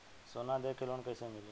सोना दे के लोन कैसे मिली?